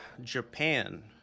Japan